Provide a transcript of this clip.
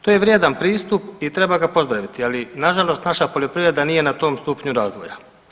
To je vrijedan pristup i treba ga pozdraviti, ali na žalost naša poljoprivreda nije na tom stupnju razvoja.